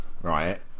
Right